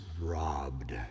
robbed